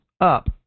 up